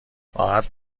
راحت